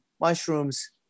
mushrooms